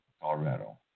Colorado